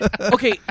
Okay